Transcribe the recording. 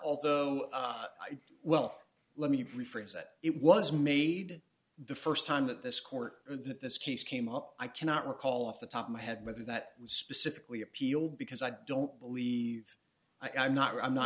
although i well let me rephrase that it was made the st time that this court this case came up i cannot recall off the top of my head whether that was specifically appealed because i don't believe i'm not i'm not